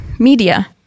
Media